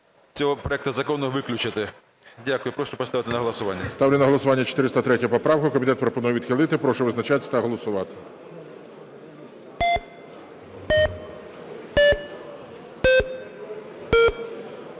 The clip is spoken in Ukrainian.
Дякую. Прошу поставити на голосування.